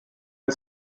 ein